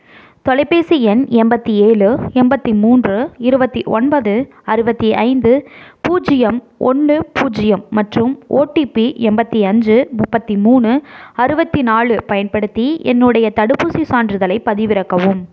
தொலைபேசி எண் எண்பத்தி ஏழு எண்பத்தி மூன்று இருபத்தி ஒன்பது அறுபத்தி ஐந்து பூஜ்ஜியம் ஒன்று பூஜ்ஜியம் மற்றும் ஓடிபி எண்பத்தி அஞ்சு முப்பத்தி மூனு அறுபத்தி நாலு பயன்படுத்தி என்னுடைய தடுப்பூசி சான்றிதழை பதிவிறக்கவும்